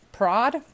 Prod